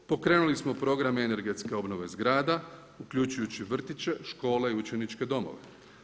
Pokrenuli smo program energetske obnove zgrada uključujući vrtiće, škole i učeničke domove.